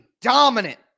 dominant